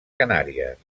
canàries